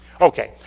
Okay